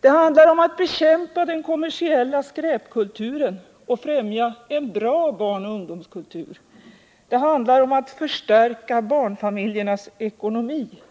Det handlar om att bekämpa den kommersiella skräpkulturen och främja en bra barnoch ungdomskultur. Det handlar om att förstärka barnfamiljernas ekonomi.